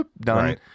Done